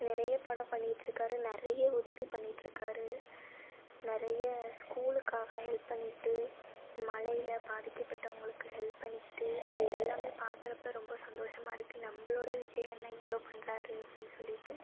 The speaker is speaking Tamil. நிறைய படம் பண்ணிக்கிட்ருக்காரு நிறையா உதவி பண்ணிக்கிட்டுருக்காரு நிறைய ஸ்கூலுக்காக ஹெல்ப் பண்ணிக்கிட்டு மழையில் பாதிக்கப்பட்டவங்களுக்கு ஹெல்ப் பண்ணிக்கிட்டு அது எல்லாம் பார்க்கறப்ப ரொம்ப சந்தோஷமாக இருக்குது நம்மளோட விஜய் அண்ணன் இவ்வளோ பண்ணுறாரு அப்படின் சொல்லிட்டு